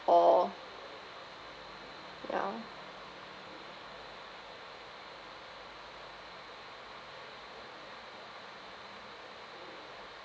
all yeah